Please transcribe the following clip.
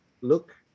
look